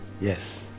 yes